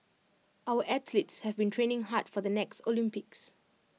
our athletes have been training hard for the next Olympics